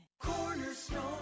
Cornerstone